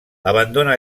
abandona